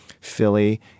Philly